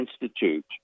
Institute